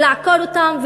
ולעקור אותם,